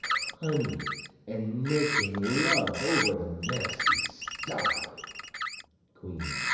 honeying and making love over the nasty sty queen.